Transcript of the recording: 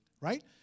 right